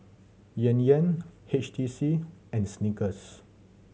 Yan Yan H T C and Snickers